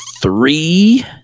three